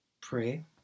pray